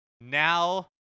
Now